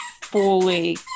fully